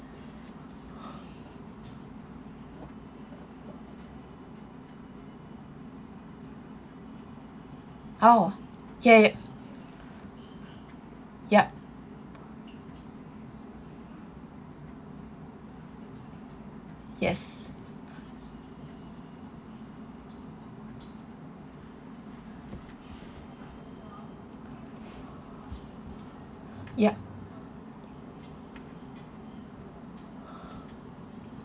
oh ya yup yup yes yup